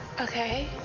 Okay